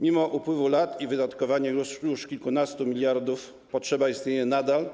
Mimo upływu lat i wydatkowania już kilkunastu miliardów potrzeba istnieje nadal,